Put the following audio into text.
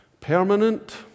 Permanent